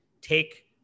take